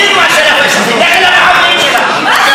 אימא של הפאשיסטים, מה זה?